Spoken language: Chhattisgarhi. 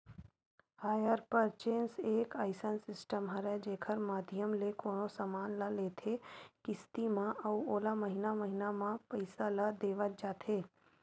हायर परचेंस एक अइसन सिस्टम हरय जेखर माधियम ले कोनो समान ल लेथे किस्ती म अउ ओला महिना महिना म पइसा ल देवत जाथे